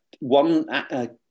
one